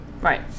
Right